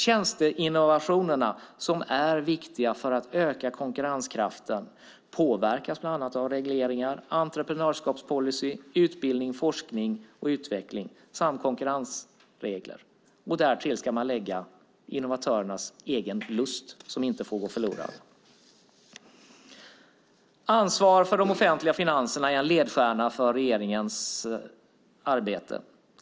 Tjänsteinnovationerna som är viktiga för att öka konkurrenskraften påverkas bland annat av regleringar, entreprenörskapspolicy, utbildning, forskning och utveckling samt konkurrensregler. Därtill ska man lägga innovatörernas egen lust som inte får gå förlorad. Ansvar för de offentliga finanserna är en ledstjärna för regeringens arbete.